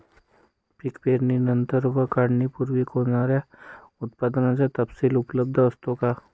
पीक पेरणीनंतर व काढणीपूर्वी होणाऱ्या उत्पादनाचा तपशील उपलब्ध असतो का?